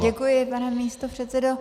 Děkuji, pane místopředsedo.